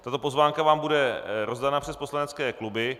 Tato pozvánka vám bude rozdána přes poslanecké kluby.